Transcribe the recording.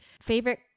favorite